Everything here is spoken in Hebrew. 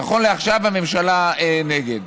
נכון לעכשיו, הממשלה נגד,